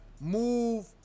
move